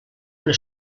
una